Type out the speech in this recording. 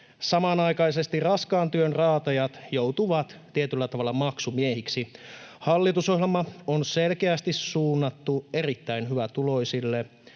samanaikaisesti raskaan työn raatajat joutuvat tietyllä tavalla maksumiehiksi. Hallitusohjelma on selkeästi suunnattu erittäin hyvätuloisille.